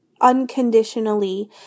unconditionally